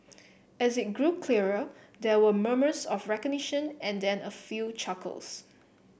as it grew clearer there were murmurs of recognition and then a few chuckles